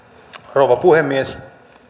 rouva puhemies